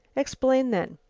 explain then.